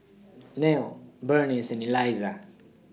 Nelie Burnice and Elizah